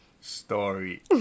story